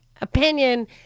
opinion